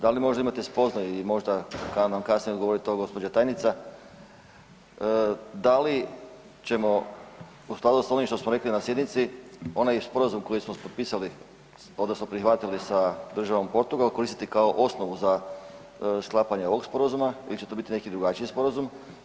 Da li možda imate spoznaje ili možda da nam kasnije to odgovori gđa. tajnica, da li ćemo u skladu s onim što smo rekli na sjednici, onaj sporazum koji smo potpisali odnosno prihvatili sa državom Portugal, koristiti kao osnovu za sklapanje ovog Sporazuma ili će to biti neki drugačiji sporazum?